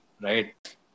right